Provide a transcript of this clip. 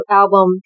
album